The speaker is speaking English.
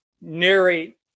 narrate